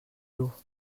dur